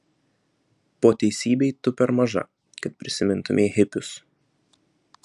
po teisybei tu per maža kad prisimintumei hipius